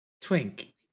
Twink